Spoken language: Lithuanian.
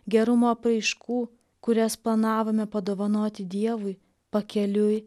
gerumo apraiškų kurias planavome padovanoti dievui pakeliui